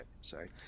sorry